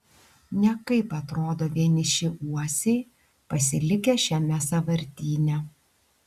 nekaip atrodo vieniši uosiai pasilikę šiame sąvartyne